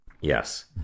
Yes